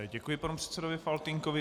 Děkuji panu předsedovi Faltýnkovi.